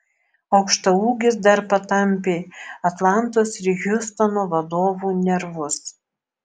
aukštaūgis dar patampė atlantos ir hjustono vadovų nervus